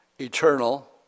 eternal